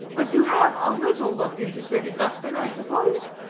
but you have a little looked into st. augustine i suppose.